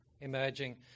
emerging